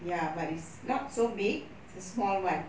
ya but it's not so big it's a small one